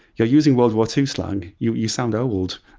you're using world war two slang. you you sound old.